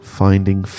finding